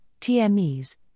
TMEs